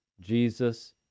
Jesus